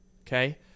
okay